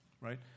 right